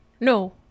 No